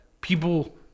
people